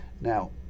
Now